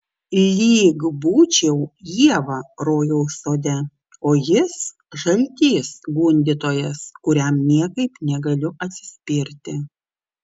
lyg būčiau ieva rojaus sode o jis žaltys gundytojas kuriam niekaip negaliu atsispirti